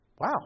wow